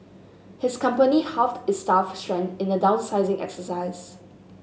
his company halved its staff strength in the downsizing exercise